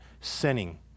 sinning